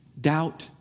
doubt